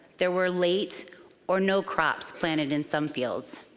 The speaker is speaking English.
there were late or no crops planted in some fields.